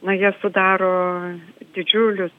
na jie sudaro didžiulius